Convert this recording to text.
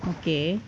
okay